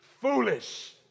foolish